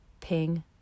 Ping